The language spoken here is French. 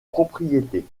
propriétés